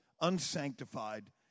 unsanctified